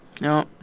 No